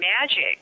magic